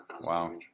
Wow